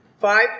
Five